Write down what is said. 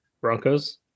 Broncos